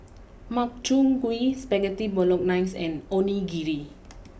Makchang Gui Spaghetti Bolognese and Onigiri